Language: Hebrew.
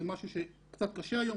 זה משהו שקצת קשה היום,